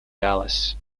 dallas